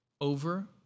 over